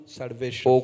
salvation